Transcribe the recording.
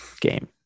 game